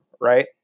right